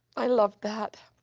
i loved that.